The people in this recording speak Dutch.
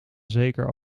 zeker